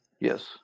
Yes